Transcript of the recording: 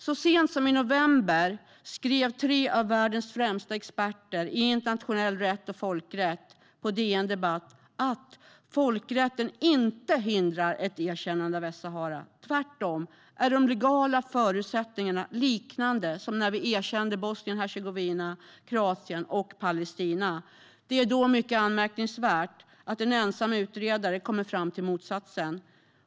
Så sent som i november skrev tre av världens främsta experter inom internationell rätt och folkrätt på DN Debatt att folkrätten inte hindrar ett erkännande av Västsahara; tvärtom är de legala förutsättningarna liknande dem som fanns när vi erkände Bosnien och Hercegovina, Kroatien och Palestina. Det är mycket anmärkningsvärt att en ensam utredare kommer fram till motsatsen.